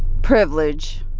privilege.